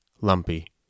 lumpy